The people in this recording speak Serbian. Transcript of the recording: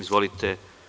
Izvolite.